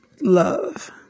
love